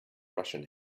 russian